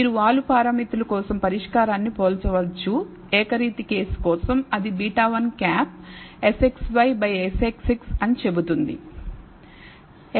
మీరు వాలు పారామితుల కోసం పరిష్కారాన్ని పోల్చవచ్చు ఏకరీతి కేసు కోసం అది β̂1 SXY SXX అని చెబుతోంది